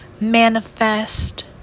manifest